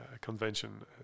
convention